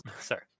Sorry